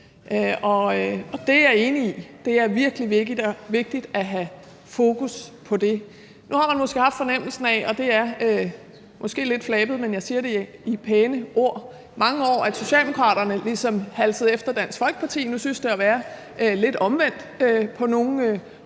og det er jeg enig i. Det er virkelig vigtigt at have fokus på det. Nu har man måske i mange år haft fornemmelsen af, og det er måske lidt flabet, men jeg siger det i pæne ord, at Socialdemokraterne ligesom halsede efter Dansk Folkeparti. Nu synes det at være lidt omvendt på nogle områder,